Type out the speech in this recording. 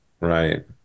right